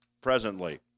presently